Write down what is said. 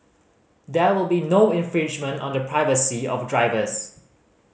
there will be no infringement on the privacy of drivers